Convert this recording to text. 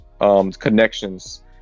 connections